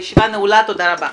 הישיבה נעולה, תודה רבה.